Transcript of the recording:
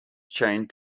chained